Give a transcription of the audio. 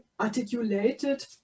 articulated